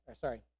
sorry